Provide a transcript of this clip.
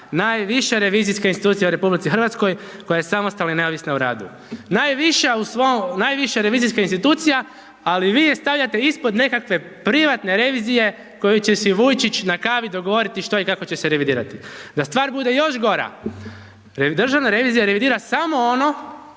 najviša revizijska institucija u RH koja je samostalna i neovisna u radu. Najviša u svom, najviša revizijska institucija ali vi je stavljate ispod nekakve privatne revizije koju će si Vujčić na kavi dogovoriti što i kako će se revidirati. Da stvar bude još gora Državna revizija revidira samo ono